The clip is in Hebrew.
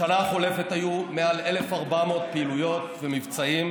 בשנה החולפת היו מעל 1,400 פעילויות ומבצעים,